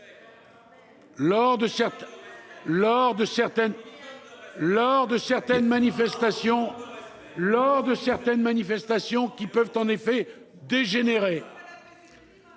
lors de certaines manifestations qui peuvent dégénérer.